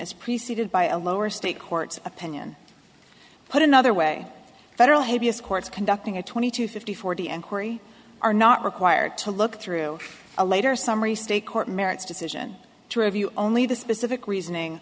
is preceded by a lower state court's opinion put another way federal habeas courts conducting a twenty two fifty forty and kori are not required to look through a later summary state court merits decision to review only the specific reasoning